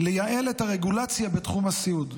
לייעל את הרגולציה בתחום הסיעוד,